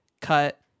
cut